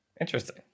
Interesting